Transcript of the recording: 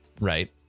right